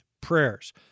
prayers